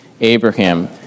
Abraham